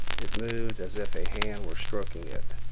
it moved as if a hand were stroking it.